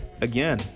again